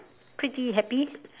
pretty happy